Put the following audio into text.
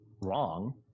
wrong